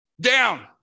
down